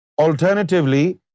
alternatively